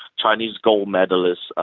chinese gold medallists, ah